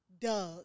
Doug